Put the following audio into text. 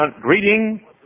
greeting